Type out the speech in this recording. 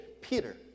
Peter